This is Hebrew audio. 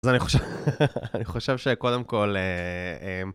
אז אני חושב, אני חושב שקודם כל...